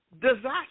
disaster